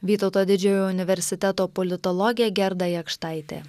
vytauto didžiojo universiteto politologė gerda jakštaitė